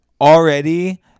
already